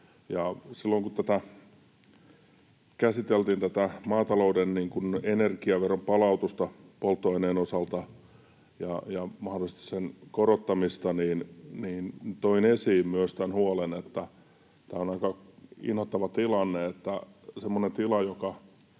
silloin, kun käsiteltiin maatalouden energiaveron palautusta polttoaineen osalta ja mahdollisesti sen korottamista, toin esiin myös tämän huolen, että tämä on aika inhottava tilanne, että jos esimerkiksi